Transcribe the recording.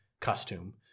costume